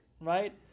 right